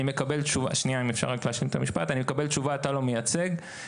אני מקבל תשובה: אתה לא מייצג,